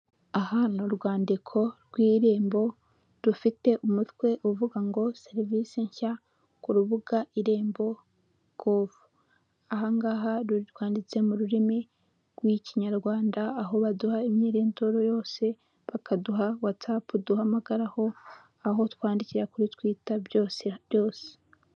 Aha ni urwandiko rw'irembo rufite umutwe uvuga ngo serivisi nshya ku rubuga irembo gove ahangaha rwanditse mu rurimi rw'ikinyarwanda aho baduha imyirondoro yose bakaduha watsapu duhamagaraho aho twandikira kuri twita byose byose.